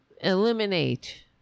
eliminate